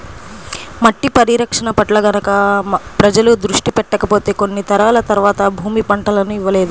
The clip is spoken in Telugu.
మట్టి పరిరక్షణ పట్ల గనక ప్రజలు దృష్టి పెట్టకపోతే కొన్ని తరాల తర్వాత భూమి పంటలను ఇవ్వలేదు